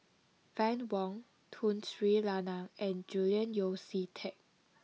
Fann Wong Tun Sri Lanang and Julian Yeo See Teck